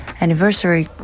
anniversary